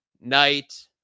night